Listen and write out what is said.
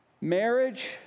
Marriage